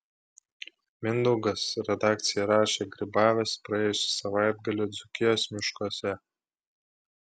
mindaugas redakcijai rašė grybavęs praėjusį savaitgalį dzūkijos miškuose